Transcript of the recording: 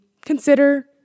consider